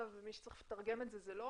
מי שצריך לתרגם את זה הוא לא